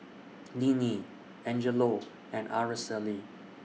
Ninnie Angelo and Araceli